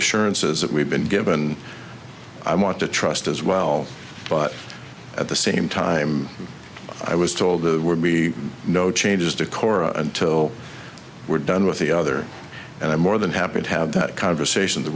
assurances that we've been given i want to trust as well but at the same time i was told the would be no changes to cora until we're done with the other and i'm more than happy to have that conversation the